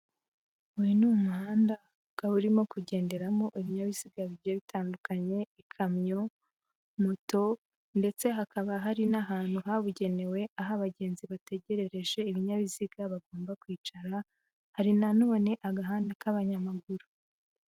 Uyu ni umuhanda ukaba urimo kugenderamo ibinyabiziga bigiye bitandukanye, ikamyo, moto ndetse hakaba hari n'ahantu habugenewe, aho abagenzi bategerereje ibinyabiziga bagomba kwicara, hari na none agahanda k'abanyamaguru.